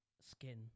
skin